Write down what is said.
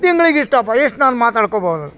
ತಿಂಗ್ಳಿಗೆ ಇಷ್ಟಪ್ಪ ಎಷ್ಟು ನಾನು ಮಾತಾಡ್ಕೋಬೋದು